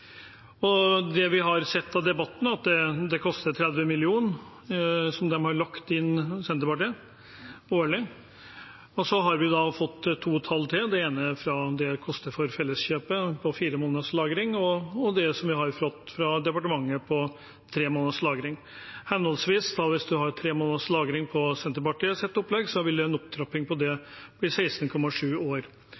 har vi hørt at det koster 30 mill. kr årlig, som Senterpartiet har lagt inn. Så har vi fått to tall til. Det ene er hva det koster for Felleskjøpet for fire måneders lagring, og det som vi har fått fra departementet om tre måneders lagring. Hvis man har tre måneders lagring, i henhold til Senterpartiets opplegg, vil en opptrapping av det bli 16,7 år. Så det er en relativt lang vei. Tar en det